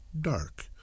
dark